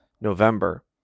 November